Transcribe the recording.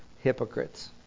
hypocrites